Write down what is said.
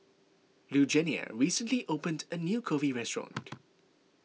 Lugenia recently opened a new Kulfi restaurant